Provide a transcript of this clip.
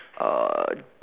uh